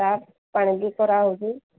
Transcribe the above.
tap ପାଣିକି କରାହେଉଛି